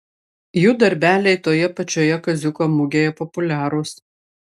jų darbeliai toje pačioje kaziuko mugėje populiarūs